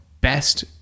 best